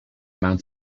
mount